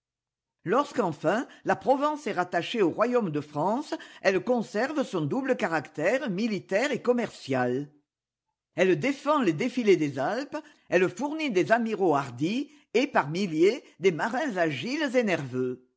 lorsqu'enfin la provence est rattachée au royaume de france elle conserve son double caractère militaire et commercial elle défend les défilés des alpes elle fournit des amiraux s'y de d'or et par milliers des marins agiles et nerveux